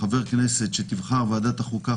חבר כנסת שתבחר ועדת החוקה,